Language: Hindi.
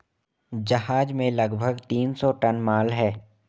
जहाज में लगभग तीन सौ टन माल है